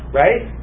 right